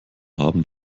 abend